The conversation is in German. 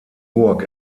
burg